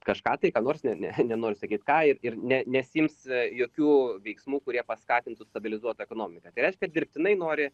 kažką tai ką nors ne nenoriu sakyt ką ir ne nesiims jokių veiksmų kurie paskatintų stabilizuot ekonomiką tai reiškia dirbtinai nori